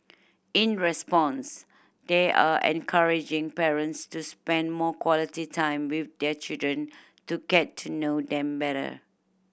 in response they are encouraging parents to spend more quality time with their children to get to know them better